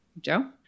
Joe